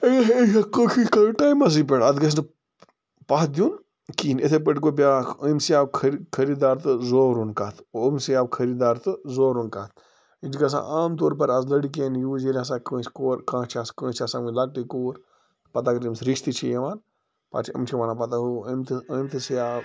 کوشِش کرٕنۍ ٹایمَسٕے پٮ۪ٹھ اَتھ گژھہِ نہٕ پَتھ دیٛن کِہیٖنۍ یِتھٔے پٲٹھۍ گوٚو بیٛاکھ أمسٕے آو خٔریٖدار تہٕ زورُن کَتھ أمسٕے آو خٔریٖدار تہٕ زورُن کَتھ یہِ چھُ گژھان عام طور پر آز لٔڑکِیَن یوٗز ییٚلہِ ہسا کٲنٛسہِ کوٚر کانٛہہ چھِ آسان کٲنٛسہِ چھِ آسان وُنہِ لۄکٹٕے کوٗر پَتہٕ اگر أٔمِس رِشتہٕ چھِ یِوان پَتہٕ چھِ یِم چھِ وَنان پَتہٕ ہو أمۍ تہِ أمتسٕے آو